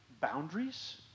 boundaries